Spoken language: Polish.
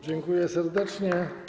Dziękuję serdecznie.